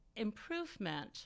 improvement